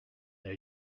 they